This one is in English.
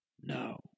No